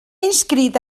inscrit